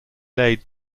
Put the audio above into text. laid